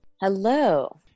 Hello